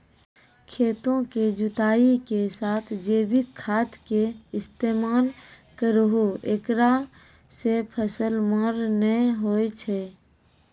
खेतों के जुताई के साथ जैविक खाद के इस्तेमाल करहो ऐकरा से फसल मार नैय होय छै?